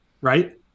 Right